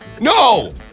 No